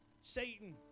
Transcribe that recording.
Satan